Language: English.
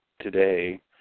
today